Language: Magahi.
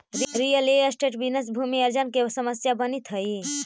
रियल एस्टेट बिजनेस लगी भू अर्जन के समस्या बनित हई